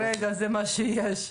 כרגע זה מה שיש.